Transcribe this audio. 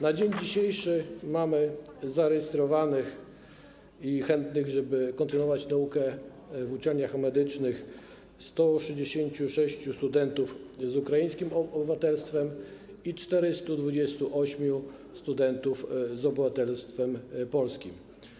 Na dzień dzisiejszy mamy zarejestrowanych i chętnych, żeby kontynuować naukę w uczelniach medycznych, 166 studentów z ukraińskim obywatelstwem i 428 studentów z obywatelstwem polskim.